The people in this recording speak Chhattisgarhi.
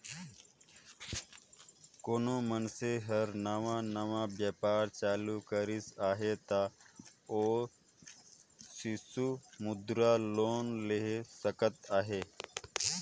कोनो मइनसे हर नावा नावा बयपार चालू करिस अहे ता ओ सिसु मुद्रा लोन ले सकत अहे